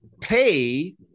pay